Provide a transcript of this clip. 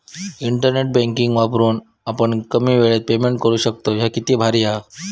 internet banking वापरून आपण कमी येळात पेमेंट करू शकतव, ह्या किती भारी हां